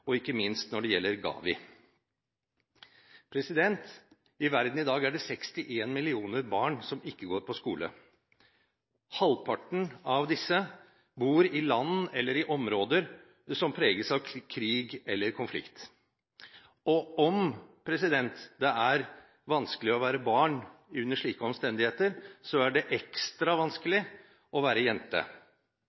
og ikke minst når det gjelder GAVI. I verden i dag er det 61 mill. barn som ikke går på skole. Halvparten av disse bor i land, eller i områder, som preges av krig eller konflikt, og om det er vanskelig å være barn under slike omstendigheter, er det ekstra vanskelig å være jente.